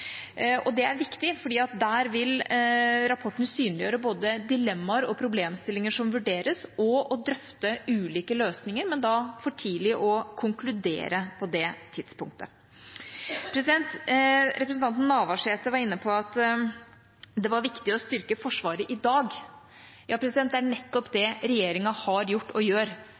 og det er viktig, for der vil rapporten synliggjøre både dilemmaer og problemstillinger som vurderes, og ulike løsninger vil drøftes, men det er da for tidlig å konkludere på det tidspunktet. Representanten Navarsete var inne på at det var viktig å styrke Forsvaret i dag. Ja, det er nettopp det regjeringa har gjort, og gjør